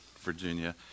Virginia